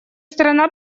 страна